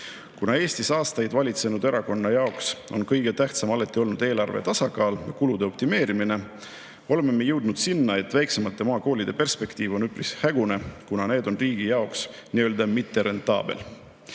Kuna Eestis aastaid valitsenud erakonna jaoks on kõige tähtsam alati olnud eelarve tasakaal, kulude optimeerimine, oleme jõudnud sinna, et väiksemate maakoolide perspektiiv on üpriski hägune, kuna need on riigi jaoks mitterentaablid. Selle